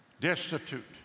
destitute